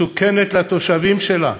מסוכנת לתושבים שלה: